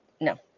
No